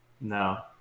No